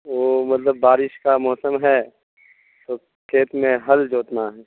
وہ مطلب بارش کا موسم ہے اور کھیت میں ہل جوتنا ہے